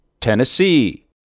Tennessee